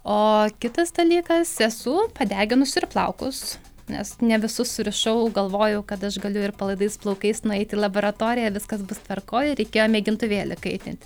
o kitas dalykas esu padeginus ir plaukus nes ne visus surišau galvojau kad aš galiu ir palaidais plaukais nueiti į laboratoriją viskas bus tvarkoj ir reikėjo mėgintuvėlį kaitinti